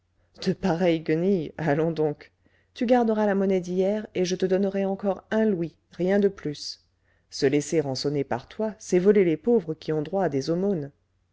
de pareilles guenilles allons donc tu garderas la monnaie d'hier et je te donnerai encore un louis rien de plus se laisser rançonner par toi c'est voler les pauvres qui ont droit à des